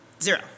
Zero